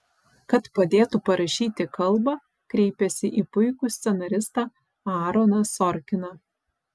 kad padėtų parašyti kalbą kreipėsi į puikų scenaristą aaroną sorkiną